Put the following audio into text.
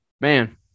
Man